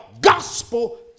gospel